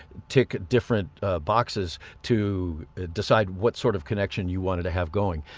tick different boxes to decide what sort of connection you wanted to have going